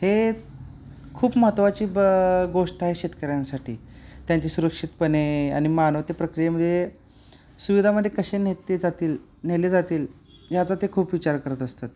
हे खूप महत्त्वाची ब गोष्ट आहे शेतकऱ्यांसाठी त्यांची सुरक्षितपणे आणि मानवते प्रक्रियेमध्ये सुविधामध्ये कसे नेते जातील नेले जातील ह्याचा ते खूप विचार करत असतात